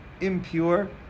impure